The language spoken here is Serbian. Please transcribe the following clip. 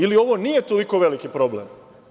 Ili ovo nije toliko veliki problem?